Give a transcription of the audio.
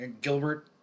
Gilbert